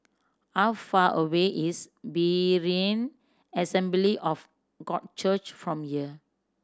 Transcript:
how far away is Berean Assembly of God Church from here